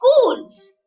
schools